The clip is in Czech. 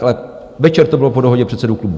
Ale večer to bylo po dohodě předsedů klubů.